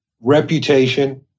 reputation